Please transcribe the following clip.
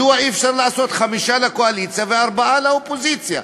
מדוע אי-אפשר לעשות חמישה לקואליציה וארבעה לאופוזיציה?